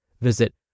Visit